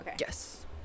Yes